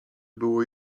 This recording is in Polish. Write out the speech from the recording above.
było